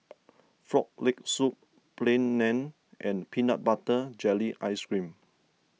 Frog Leg Soup Plain Naan and Peanut Butter Jelly Ice Cream